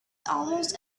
almost